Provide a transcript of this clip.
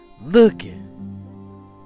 Looking